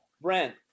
Brent